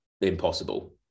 impossible